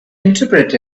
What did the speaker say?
interpret